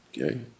Okay